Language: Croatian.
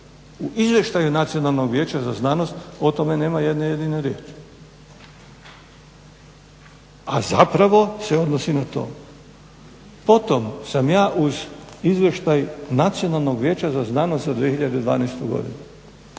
U izvještaju Nacionalnog vijeća za znanost o tome nema jedne jedine riječi. A zapravo se odnosi na to. Potom sam ja uz izvještaj Nacionalnog vijeća za znanost za 2012. godinu